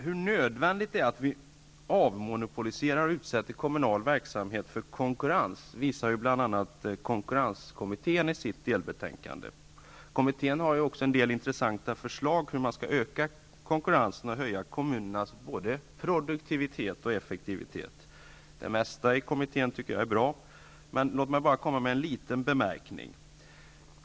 Hur nödvändigt det är att avmonopolisera och utsätta kommunal verksamhet för konkurrens visar bl.a. konkurrenskommittén i sitt delbetänkande. Kommittén har också en del intressanta förslag till hur man skall öka konkurrensen och höja kommunernas både produktivitet och effektivitet. Det mesta i betänkandet är bra, men jag vill komma med en liten anmärkning.